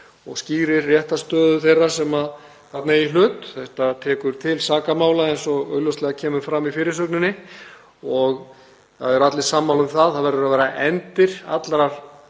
og skýrir réttarstöðu þeirra sem þarna eiga í hlut. Þetta tekur til sakamála, eins og augljóslega kemur fram í fyrirsögninni, og það eru allir sammála um að það verður að vera endir allrar